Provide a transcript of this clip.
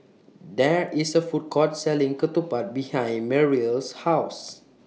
There IS A Food Court Selling Ketupat behind Merrill's House